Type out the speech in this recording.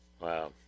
Wow